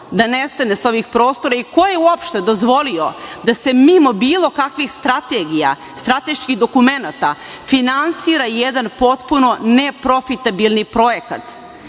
da nestane sa ovih prostora i ko je uopšte dozvolio da se mimo bilo kakvih strategija, strateških dokumenata, finansira jedan potpuno neprofitabilan projekat?